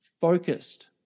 Focused